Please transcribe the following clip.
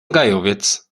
gajowiec